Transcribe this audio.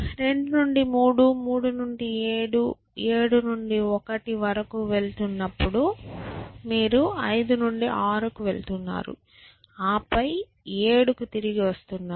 2 నుండి 3 3 నుండి 7 7 నుండి 1 వరకు వెళుతున్నప్పుడు మీరు 5 నుండి 6 వరకు వెళుతున్నారు ఆపై 7 కి తిరిగి వస్తున్నారు